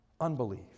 unbelief